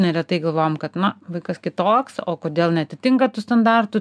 neretai galvojam kad na vaikas kitoks o kodėl neatitinka tų standartų